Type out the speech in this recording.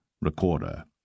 recorder